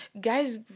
guys